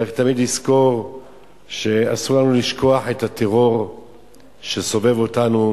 צריך תמיד לזכור שאסור לנו לשכוח את הטרור שסובב אותנו,